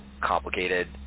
complicated